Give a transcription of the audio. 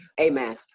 Amen